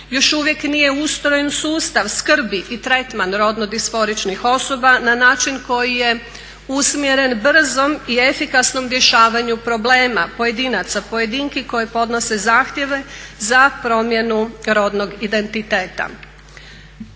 Još uvijek nije ustrojen sustav skrbi i rodno disforičnih osoba na način koji je usmjeren brzom i efikasnom rješavanju problema pojedinca, pojedinki koji podnose zahtjeve za promjenu rodnog identiteta.